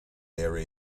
there